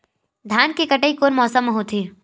धान के कटाई कोन मौसम मा होथे?